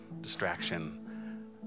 distraction